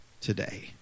today